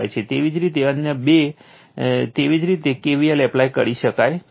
એવી જ રીતે અન્ય બે તેવી જ રીતે k v l એપ્લાય કરી શકે છે